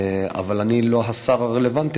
אבל אני לא השר הרלוונטי,